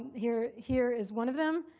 here here is one of them,